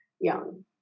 young